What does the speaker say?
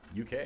UK